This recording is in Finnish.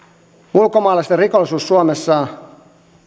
ulkomaalaisten rikollisuutta suomessa